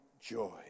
joy